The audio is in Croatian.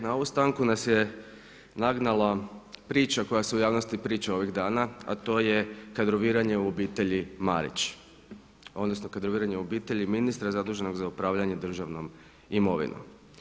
Na ovu stanku nas je nagnala priča koja se u javnosti priča ovih dana a to je kadroviranje u obitelji Marić, odnosno kadroviranje u obitelji ministra zaduženog za upravljanje državnom imovinom.